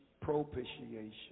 propitiation